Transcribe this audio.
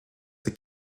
this